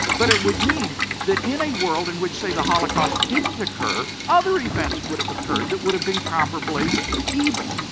but it would mean that in a world in which, say, the holocaust didn't occur, other events would have occurred that would have been comparably evil.